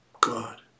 God